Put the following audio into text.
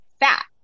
fat